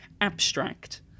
Abstract